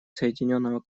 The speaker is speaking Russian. соединенного